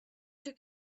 took